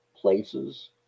places